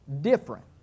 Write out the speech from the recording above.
different